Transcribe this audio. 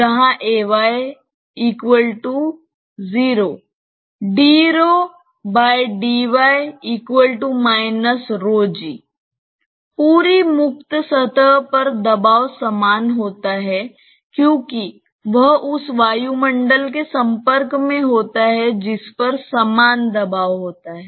जहां ay 0 पूरी मुक्त सतह पर दबाव समान होता है क्योंकि यह उस वायुमंडल के संपर्क में होता है जिस पर समान दबाव होता है